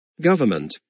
government